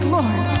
Lord